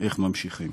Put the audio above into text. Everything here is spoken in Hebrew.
איך ממשיכים.